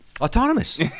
Autonomous